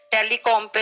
Telecom